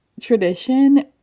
tradition